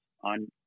on